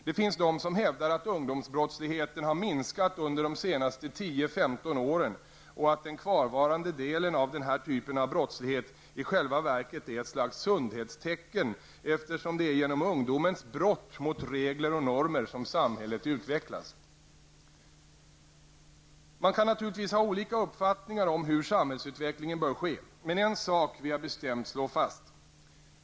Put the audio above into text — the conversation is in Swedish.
Det finns de som hävdar att ungdomsbrottsligheten har minskat under de senaste 10--15 åren och att den kvarvarande delen av denna typ av brottslighet i själva verket är ett slags sundhetstecken, eftersom det är genom ungdomens brott mot regler och normer som samhället utvecklas. Man kan naturligtvis ha olika uppfattningar om hur samhällsutvecklingen bör ske. Men en sak vill jag bestämt slå fast.